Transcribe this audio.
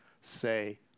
say